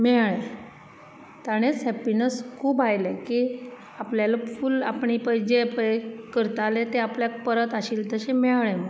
मेळ्ळे ताणेंच हेपिनस खूब आयलें की आपल्यालें फुल आपलें जे पय करताले तें आपल्याक परत आशिल्ले तशें मेळ्ळे म्हणोन